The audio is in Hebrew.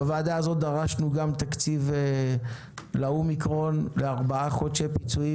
בוועדה הזו דרשנו גם תקציב לאומיקרון לארבעה חודשי פיצויים.